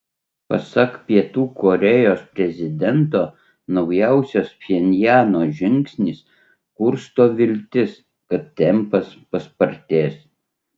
pasak pietų korėjos prezidento naujausias pchenjano žingsnis kursto viltis kad tempas paspartės